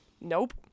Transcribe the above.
nope